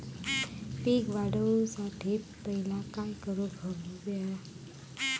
पीक वाढवुसाठी पहिला काय करूक हव्या?